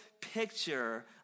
picture